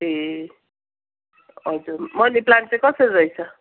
ए हजुर money plant चाहिँ कसरी रहेछ